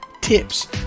tips